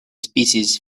species